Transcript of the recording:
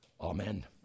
Amen